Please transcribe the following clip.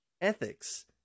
ethics